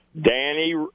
Danny